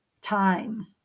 time